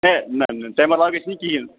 ہے نہ نہ تَمہِ علاوٕ گژھِ نہٕ کِہیٖنۍ